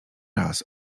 raz